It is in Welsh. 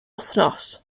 wythnos